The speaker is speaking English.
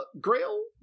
Grail